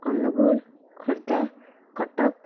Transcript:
Angul Khordha Cuttack